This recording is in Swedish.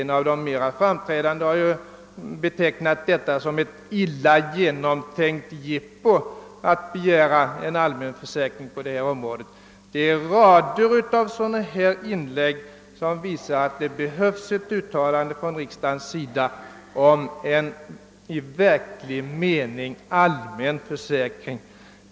En av de mera framträdande ledamöterna i regeringen har för övrigt betecknat det som »ett illa genomtänkt jippo» att införa en allmän försäkring på området. En hel rad sådana inlägg visar att det behövs ett uttalande av riksdagen om en i verklig mening allmän försäkring.